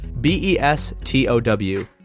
B-E-S-T-O-W